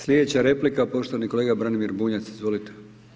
Sljedeća replika, poštovani kolega Branimir Bunjac, izvolite.